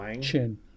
chin